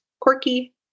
quirky